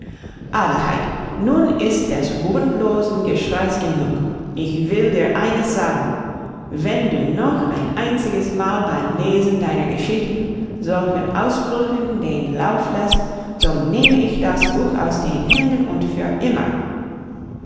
adelheid nun ist des grundlosen geschreis genug ich will dir eines sagen wenn du noch ein einziges mal beim lesen deiner geschichten solchen ausbrüchen den lauf lässt so nehme ich das buch aus deinen händen und für immer